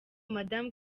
madame